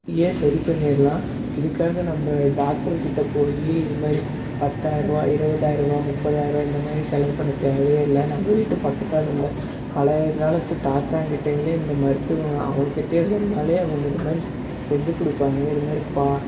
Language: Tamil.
கையை சரி பண்ணிடலாம் இதுக்காக நம்ம டாக்டருக்கிட்ட போய் இதுமாதிரி பத்தாயிரருவா இருபதாயிருவா முப்பதாயிரருவா இந்தமாதிரி செலவு பண்ண தேவையே இல்லை நம்ம வீட்டு பக்கத்தில் உள்ள பழைய காலத்து தாத்தாக்கிட்டங்களே இந்த மருத்துவம் அவங்கக்கிட்டேயே சொன்னாலே அவங்க இது மாதிரி செஞ்சுக் கொடுப்பாங்க இதுமாதிரி பா